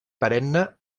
perenne